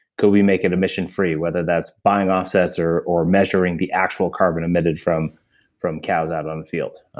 could we make it emission free whether that's buying offsets or or measuring the actual carbon emitted from from cows out on the field?